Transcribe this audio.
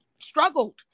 struggled